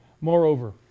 Moreover